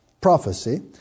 prophecy